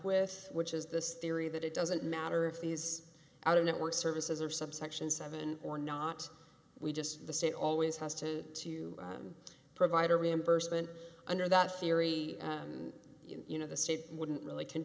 with which is this theory that it doesn't matter if these out of network services are subsection seven or not we just the state always has to to provide a reimbursement under that theory and you know the state wouldn't really